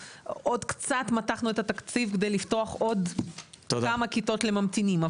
קצת מתחנו את התקציב כדי לפתוח עוד כמה כיתות לממתינים.